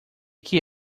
que